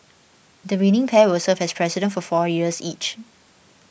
the winning pair will serve as President for four years each